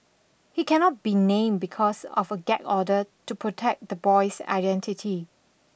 he cannot be named because of a gag order to protect the boy's identity